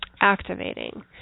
activating